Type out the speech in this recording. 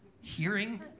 hearing